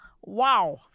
Wow